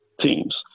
teams